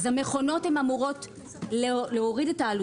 המכונות אמורות את העלויות,